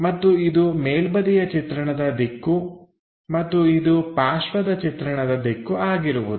ಮತ್ತು ಇದು ಮೇಲ್ಬದಿಯ ಚಿತ್ರಣದ ದಿಕ್ಕು ಮತ್ತು ಇದು ಪಾರ್ಶ್ವದ ಚಿತ್ರಣದ ದಿಕ್ಕು ಆಗಿರುವುದು